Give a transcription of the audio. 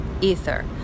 ether